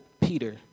Peter